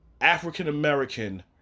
African-American